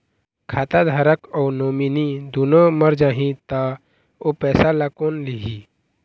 खाता धारक अऊ नोमिनि दुनों मर जाही ता ओ पैसा ला कोन लिही?